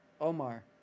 Omar